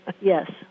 Yes